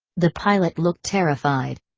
the pilot looked terrified.